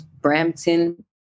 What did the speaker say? Brampton